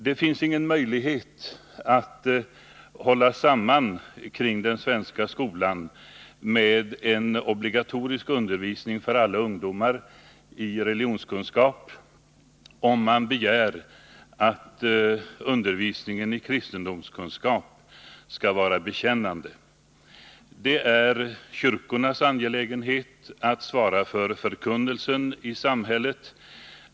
Det finns ingen möjlighet för oss att hålla 10 april 1980 samman kring den svenska skolan med en obligatorisk undervisning för alla ungdomar i religionskunskap, om man begär att undervisningen i kristendomskunskap skall vara bekännande. Det är kyrkornas angelägenhet att svara för förkunnelsen i samhället.